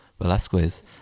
velasquez